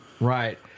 Right